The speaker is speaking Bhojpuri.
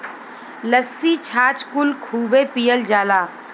लस्सी छाछ कुल खूबे पियल जाला